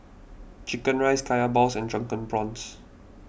Chicken Rice Kaya Balls and Drunken Prawns